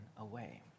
away